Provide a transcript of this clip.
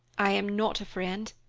i am not a friend.